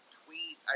tweet